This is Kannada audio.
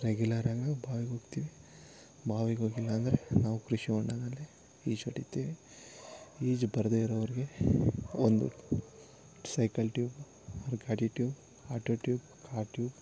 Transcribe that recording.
ರೆಗ್ಯುಲರಂಗೆ ಬಾವಿಗೋಗ್ತಿವಿ ಬಾವಿಗೋಗಿಲ್ಲ ಅಂರೆದ ನಾವ್ ಕೃಷಿ ಹೊಂಡದಲ್ಲೇ ಈಜೊಡಿತೀವಿ ಈಜು ಬರದೇ ಇರವ್ರಿಗೆ ಒಂದು ಸೈಕಲ್ ಟ್ಯೂಬ್ ಆರು ಗಾಡಿ tube auto tube car tube